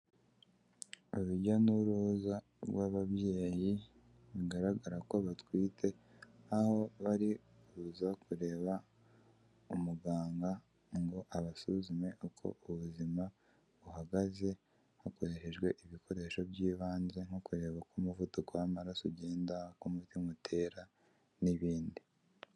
Urujya n'uruza rw'ababyeyi bigaragara ko batwite aho bari kuza kureba umuganga ngo abasuzume uko ubuzima buhagaze, hakoreshejwe ibikoresho by'ibanze nko kureba uko umuvuduko w'amaraso ugenda uko umutima utera n'ibindi.